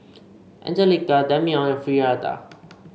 Anjelica Dameon and Frieda